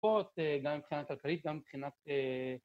‫גם מבחינת כלכלית, גם מבחינת...